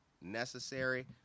necessary